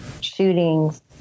shootings